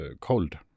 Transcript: cold